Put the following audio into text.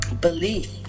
belief